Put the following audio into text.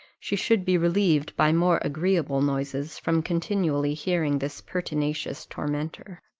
she should be relieved by more agreeable noises from continually hearing this pertinacious tormentor.